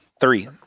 Three